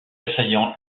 assaillants